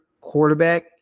quarterback